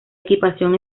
equipación